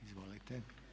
Izvolite.